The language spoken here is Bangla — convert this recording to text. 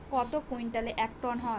কত কুইন্টালে এক টন হয়?